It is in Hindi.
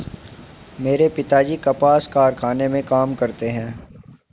मेरे पिताजी कपास के कारखाने में काम करते हैं